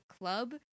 club